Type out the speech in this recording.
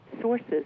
sources